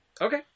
Okay